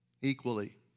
equally